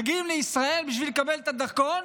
מגיעים לישראל בשביל לקבל את הדרכון,